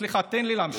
סליחה, תן לי להמשיך.